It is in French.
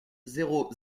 zéro